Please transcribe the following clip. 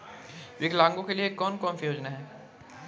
विकलांगों के लिए कौन कौनसी योजना है?